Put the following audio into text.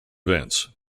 events